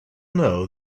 know